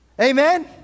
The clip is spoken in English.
Amen